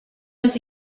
was